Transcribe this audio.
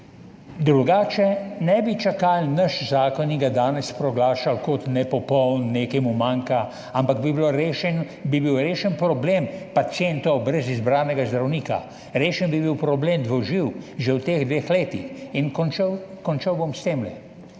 Drugače ne bi čakali našega zakona in ga danes proglašali kot nepopolnega, da mu nekaj manjka, ampak bi bil rešen problem pacientov brez izbranega zdravnika, rešen bi bil problem dvoživk že v teh dveh letih. In končal bom s tem.